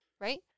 Right